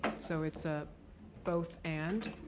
so, it's a both and.